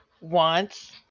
wants